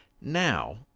Now